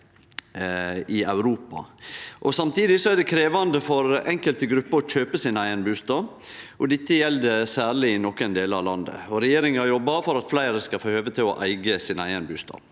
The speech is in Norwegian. Samstundes er det krevjande for einskilde grupper å kjøpe sin eigen bustad. Dette gjeld særleg i nokre delar av landet. Regjeringa jobbar for at fleire skal få høve til å eige sin eigen bustad.